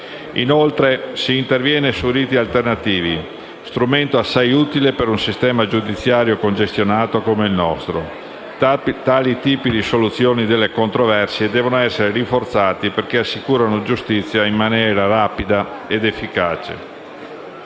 Inoltre, si interviene sui riti alternativi, strumento assai utile per un sistema giudiziario congestionato come il nostro: tali tipi di soluzione delle controversie devono essere rinforzati perché assicurano giustizia in maniera rapida ed efficace.